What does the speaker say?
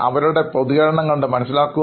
അവരുടെ പ്രതികരണങ്ങൾ മനസ്സിലാക്കുക